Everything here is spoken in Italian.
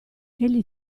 egli